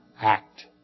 act